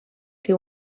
que